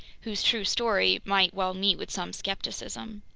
whose true story might well meet with some skepticism.